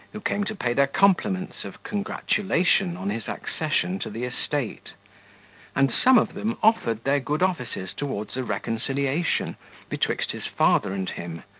who came to pay their compliments of congratulation on his accession to the estate and some of them offered their good offices towards a reconciliation betwixt his father and him,